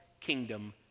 kingdom